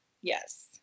yes